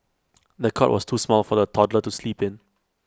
the cot was too small for the toddler to sleep in